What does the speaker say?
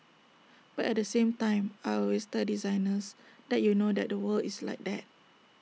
but at the same time I always tell designers that you know that the world is like that